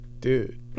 Dude